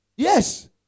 Yes